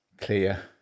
clear